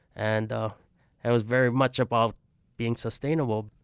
and ah it was very much about being sustainable.